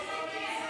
עוד פעם אין שר,